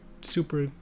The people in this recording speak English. super